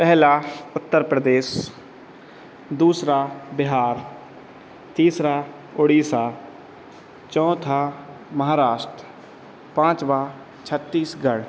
पहला उत्तर प्रदेश दूसरा बिहार तीसरा उड़ीसा चौथा महाराष्ट्र पाँचवा छत्तीसगढ़